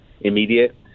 immediate